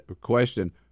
question